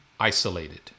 Isolated